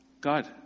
God